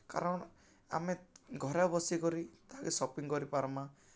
କାରଣ୍ ଆମେ ଘରେ ବସିକରି ତାହାକେ ସପିଂ କରିପାର୍ମା